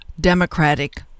Democratic